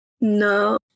No